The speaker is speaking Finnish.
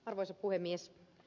arvoisa puhemies